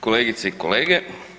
Kolegice i kolege.